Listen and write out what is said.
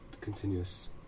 continuous